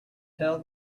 tell